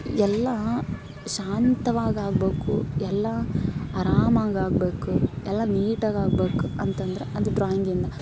ಎಲ್ಲಾ ಶಾಂತವಾಗಾಗಬೇಕು ಎಲ್ಲ ಆರಾಮಾಗಾಗಬೇಕು ಎಲ್ಲ ನೀಟಾಗಾಗಬೇಕು ಅಂತಂದ್ರ ಒಂದು ಡ್ರಾಯಿಂಗಿಂದ